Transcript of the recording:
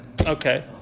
Okay